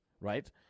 right